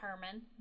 Herman